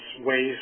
ways